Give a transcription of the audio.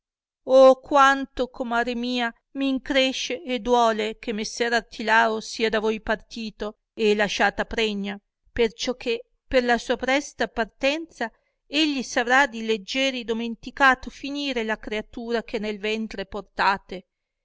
disse quanto comare mia m incresce e duole che messer artilao sia da voi partito e lasciata pregna perciò che per la sua presta partenza egli s avrà di leggieri domenticato finire la creatura che nel ventre portate